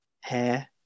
hair